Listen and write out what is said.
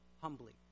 humbly